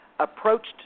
approached